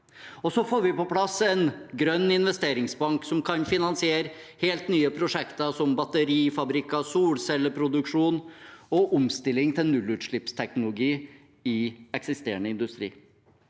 Vi får også på plass en grønn investeringsbank som kan finansiere helt nye prosjekter, som batterifabrikker, solcelleproduksjon og omstilling til nullutslippsteknologi i eksisterende industri.